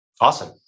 Awesome